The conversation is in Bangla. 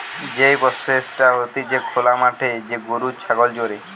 যেই প্রসেসটা হতিছে খোলা মাঠে যে গরু ছাগল চরে